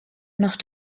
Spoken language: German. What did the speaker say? noch